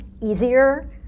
easier